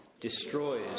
destroys